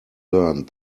learned